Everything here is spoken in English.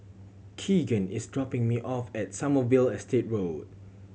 Keegan is dropping me off at Sommerville Estate Road